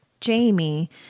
Jamie